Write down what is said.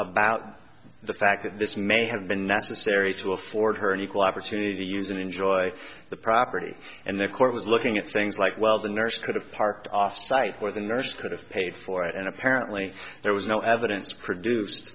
about the fact that this may have been necessary to afford her an equal opportunity use and enjoy the property and the court was looking at things like well the nurse could have parked off site where the nurse could have paid for it and apparently there was no evidence produce